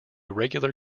regular